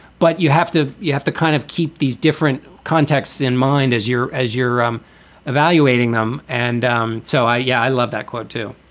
but you have to you have to kind of keep these different contexts in mind as you're as you're um evaluating them and um so i yeah, i love that quote to